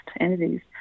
entities